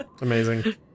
Amazing